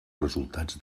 resultats